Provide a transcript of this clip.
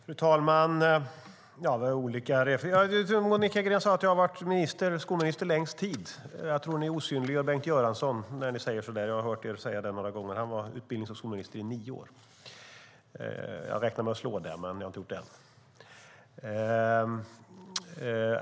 Fru talman! Monica Green sade att jag har varit skolminister längst tid. Jag har hört det några gånger, men ni osynliggör Bengt Göransson när ni säger så, Monica Green. Han var utbildnings och skolminister i nio år. Jag räknar med att slå det, men jag har inte gjort det än.